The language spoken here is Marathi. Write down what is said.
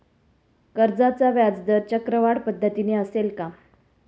कर्जाचा व्याजदर चक्रवाढ पद्धतीने असेल का?